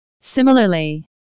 Similarly